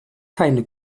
keine